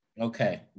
Okay